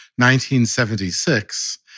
1976